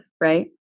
right